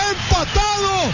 empatado